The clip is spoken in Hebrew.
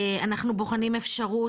אנחנו בוחנים אפשרות,